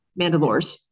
Mandalores